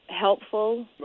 Helpful